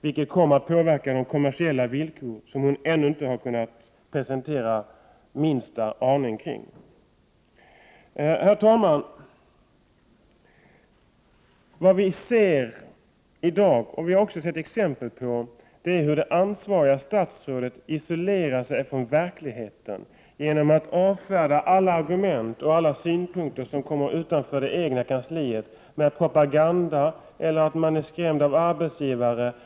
Det kommer att påverka de kommersiella villkor som Birgitta Dahl ännu inte alls har kunnat presentera. Herr talman! Vad vi ser i dag — det har vi exempel på — är hur det ansvariga statsrådet isolerar sig från verkligheten genom att avfärda alla argument och synpunkter som kommer från personer utanför det egna kansliet med uttalanden om att det rör sig om propaganda eller om arbetsgivare som skrämmer.